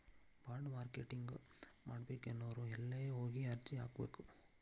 Bond marketing ಮಾಡ್ಬೇಕನ್ನೊವ್ರು ಯೆಲ್ಲೆ ಹೊಗಿ ಅರ್ಜಿ ಹಾಕ್ಬೆಕು?